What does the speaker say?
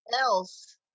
else